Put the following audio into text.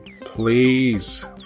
Please